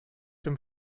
dem